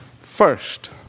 First